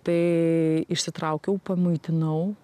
tai išsitraukiau pamaitinau